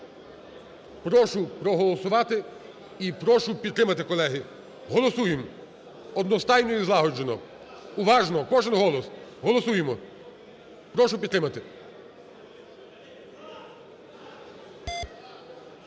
Прошу проголосувати і прошу підтримати, колеги. Голосуєм одностайно і злагоджено. Уважно. Кожен голос. Голосуємо. Прошу підтримати.